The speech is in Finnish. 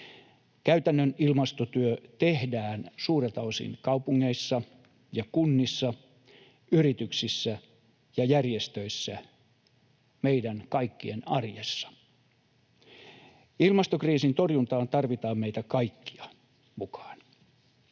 Käytännön ilmastotyö tehdään suurelta osin kaupungeissa ja kunnissa, yrityksissä ja järjestöissä — meidän kaikkien arjessa. Ilmastokriisin torjuntaan tarvitaan meitä kaikkia mukaan.